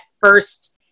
first